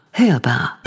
hörbar